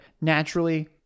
naturally